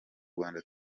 rwanda